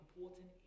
important